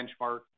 benchmark